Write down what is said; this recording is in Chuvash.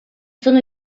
сӑн